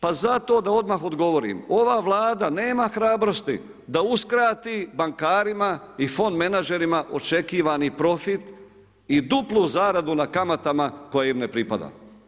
Pa zato da odmah odgovorim, ova Vlada nema hrabrosti da uskrati bankarima i fond-menadžerima očekivani profit i duplu zaradu na kamatama koje im ne pripada.